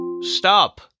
stop